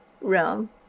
realm